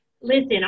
Listen